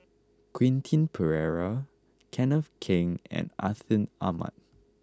Quentin Pereira Kenneth Keng and Atin Amat